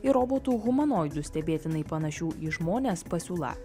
ir robotų humanoidų stebėtinai panašių į žmones pasiūla